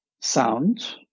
sound